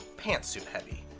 pant suit heavy.